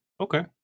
Okay